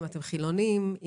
חילוניים,